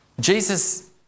Jesus